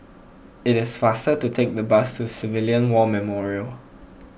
it is faster to take the bus to Civilian War Memorial